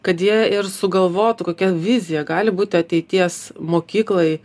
kad jie ir sugalvotų kokia vizija gali būti ateities mokyklai